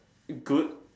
good